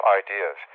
ideas